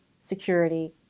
security